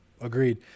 Agreed